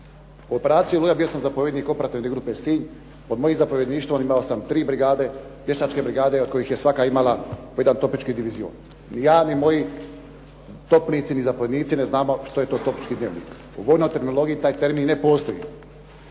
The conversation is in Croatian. U operaciji "Oluja" bio sam zapovjednik operativne grupe "Sinj". Pod mojim zapovjedništvom imao sam tri brigade, pješačke brigade od kojih je svaka imala po jedan topnički divizion. Ni ja ni moji topnici ni zapovjednici ne znamo što je to topnički dnevnik. U vojnoj terminologiji taj termin ne postoji.